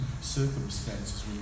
circumstances